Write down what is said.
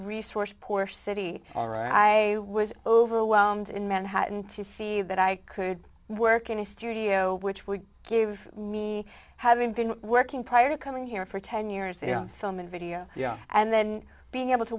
resource poor city all right i was overwhelmed in manhattan to see that i could work in a studio which would give me having been working prior to coming here for ten years a on film and video yeah and then being able to